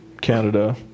Canada